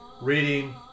reading